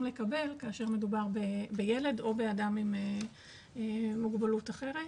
לקבל כאשר מדובר בילד או באדם עם מוגבלות אחרת,